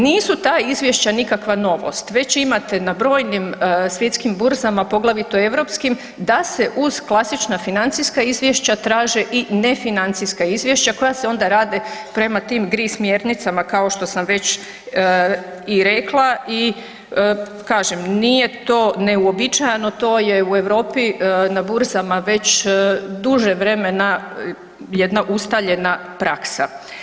Nisu ta izvješća nikakva novost, već imate na brojim svjetskim burzama, poglavito europskim da se uz klasična financijska izvješća traže i ne financijska izvješća koja se onda rade prema tim GRI smjernicama kao što sam već i rekla i kažem nije to neuobičajeno, to je u Europi na burzama već duže vremena jedna ustaljena praksa.